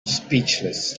speechless